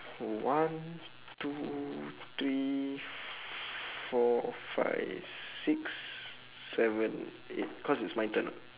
K one two three four five six seven eight cause it's my turn [what]